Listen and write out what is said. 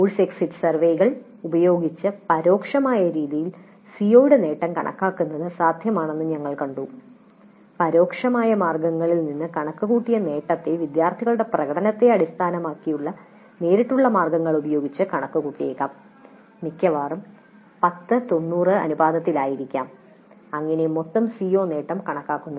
course exit സർവേകൾ ഉപയോഗിച്ച് പരോക്ഷമായ രീതിയിൽ സിഒയുടെ നേട്ടം കണക്കാക്കുന്നത് സാധ്യമാണെന്ന് ഞങ്ങൾ കണ്ടു പരോക്ഷമായ മാർഗങ്ങളിൽ നിന്ന് കണക്കുകൂട്ടിയ നേട്ടത്തെ വിദ്യാർത്ഥികളുടെ പ്രകടനത്തെ അടിസ്ഥാനമാക്കിയുള്ള നേരിട്ടുള്ള മാർഗങ്ങൾ ഉപയോഗിച്ച് കണക്കുകൂട്ടിയേക്കാം മിക്കവാറും 1090 അനുപാതത്തിൽ ആയിരിക്കാം അങ്ങനെയാണ് മൊത്തം സിഒ നേട്ടം കണക്കാക്കുന്നത്